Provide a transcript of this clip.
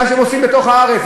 מה שהם עושים בתוך הארץ.